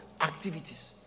activities